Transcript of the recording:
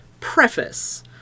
preface